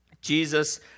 Jesus